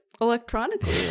electronically